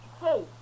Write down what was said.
Hey